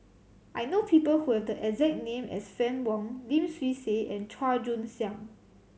I know people who have the exact name as Fann Wong Lim Swee Say and Chua Joon Siang